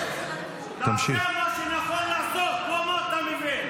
תעשה מה שנכון לעשות, לא מה שאתה מבין.